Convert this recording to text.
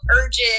urges